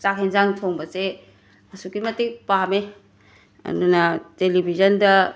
ꯆꯥꯛ ꯌꯦꯟꯁꯥꯡ ꯊꯣꯡꯕꯁꯦ ꯑꯁꯨꯛꯀꯤ ꯃꯇꯤꯛ ꯄꯥꯝꯃꯦ ꯑꯗꯨꯅ ꯇꯤꯂꯤꯕꯤꯖꯟꯗ